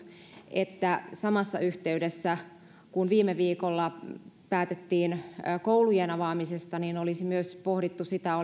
että samassa yhteydessä kun viime viikolla päätettiin koulujen avaamisesta olisi myös pohdittu sitä